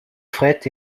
fret